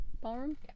ballroom